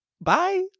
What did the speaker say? Bye